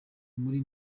muri